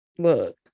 look